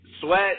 Sweat